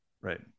right